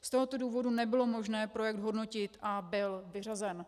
Z tohoto důvodu nebylo možné projekt hodnotit a byl vyřazen.